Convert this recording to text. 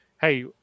Hey